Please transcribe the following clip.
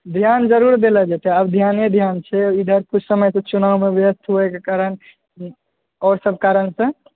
ध्यान जरूर देलो जेतै आब ध्याने ध्यान छै इधर कुछ समय चुनावमे व्यस्त होएके कारण आओर सब कारणसँ